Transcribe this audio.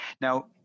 Now